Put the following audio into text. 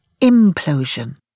implosion